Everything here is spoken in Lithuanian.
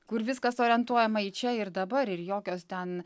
kur viskas orientuojama į čia ir dabar ir jokios ten